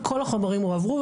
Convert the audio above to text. כל החומרים הועברו.